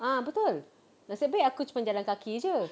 ah betul nasib baik aku cuma jalan kaki saja